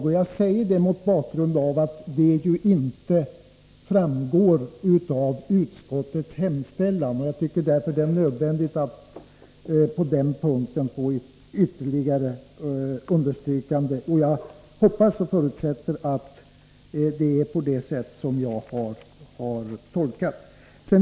Jag frågar det mot bakgrund av att det inte framgår av utskottets hemställan. Jag tycker därför det är nödvändigt att få ett ytterligare understrykande på den punkten. Jag hoppas och förutsätter att det är så som jag har tolkat det.